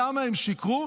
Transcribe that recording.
למה הם שיקרו?